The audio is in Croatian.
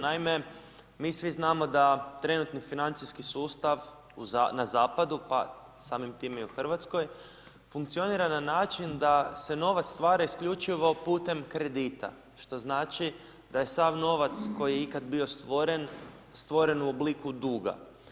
Naime, mi svi znamo da trenutno financijski sustav na zapadu pa samim time i u Hrvatskoj, funkcionira na način da se nova stvara isključivo putem kredita što znači da je sav novac koji je ikad bi stvoren, stvoren u obliku duga.